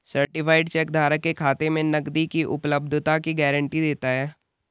certified cheque धारक के खाते में नकदी की उपलब्धता की गारंटी देता है